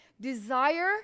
desire